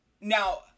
now